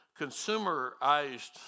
consumerized